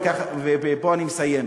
ופה אני מסיים,